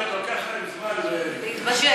מוסי, מוטציות, לוקח להן זמן, להתבשל.